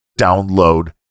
download